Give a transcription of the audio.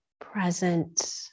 Present